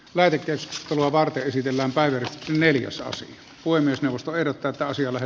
värikäs vellovaa teititellä vain neljäsosa voi myös nousta verotetaan syömään